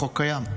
החוק קיים.